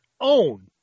own